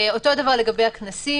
אותו דבר לגבי הכנסים.